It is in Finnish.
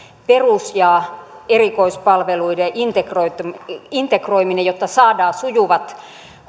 perus ja erikoispalveluiden integroiminen integroiminen jotta saadaan sujuvat